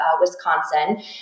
Wisconsin